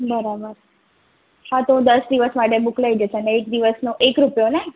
બરાબર હા તો દસ દિવસ માટે બૂક લઈ જશે ને એક દિવસનો એક રૂપિયોને